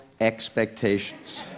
expectations